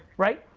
right?